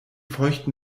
feuchten